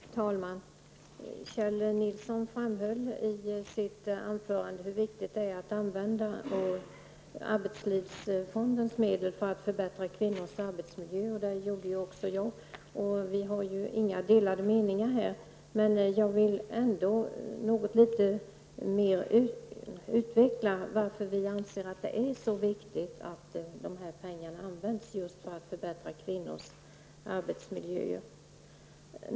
Fru talman! Kjell Nilsson framhöll i sitt anförande hur viktigt det är att arbetslivsfondens medel används till åtgärder som syftar till att förbättra kvinnors arbetsmiljö. Detta har också jag framhållit. På den punkten råder det alltså inte några delade meningar. Jag vill ändå något utveckla våra synpunkter och tala om varför vi anser att det är mycket viktigt att de här pengarna används just till att åstadkomma en bättre arbetsmiljö för kvinnor.